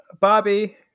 Bobby